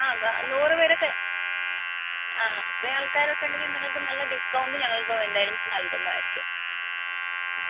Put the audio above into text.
ആ ഗ നൂറ് പേരൊക്കെ ആ അത്രേ ആൾക്കാരൊക്കെ ഉണ്ടെങ്കിൽ നിങ്ങൾക്ക് നല്ല ഡിസ്കൗണ്ട് ഞങ്ങൾ എന്തായാലും നൽകുന്നതായിരിക്കും മ്